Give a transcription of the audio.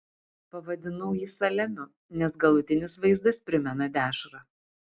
pavadinau jį saliamiu nes galutinis vaizdas primena dešrą